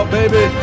baby